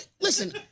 listen